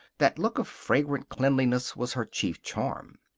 that look of fragrant cleanliness was her chief charm.